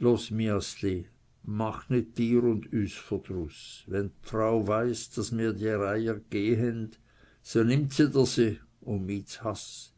aber los miaßli mach nit dir u n üs verdruß wenn di frau weiß daß mr dr eier gäh hei so nimmt si